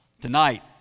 Tonight